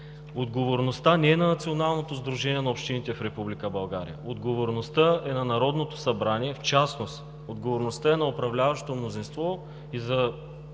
отговорността не е на Националното сдружение на общините в Република България. Отговорността е на Народното събрание. В частност отговорността е на управляващото мнозинство и за